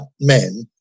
men